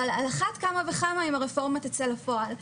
אבל על אחת כמה וכמה אם הרפורמה תצא לפועל.